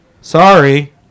Sorry